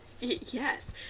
Yes